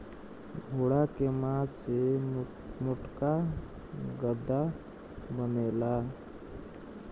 घोड़ा के मास से मोटका गद्दा बनेला